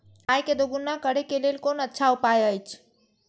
आय के दोगुणा करे के लेल कोन अच्छा उपाय अछि?